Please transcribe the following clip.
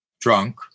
drunk